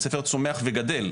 בית ספר צומח וגדל.